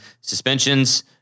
suspensions